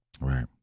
Right